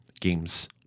games